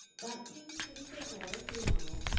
that seems pretty straightforward, pretty normal.